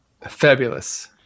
fabulous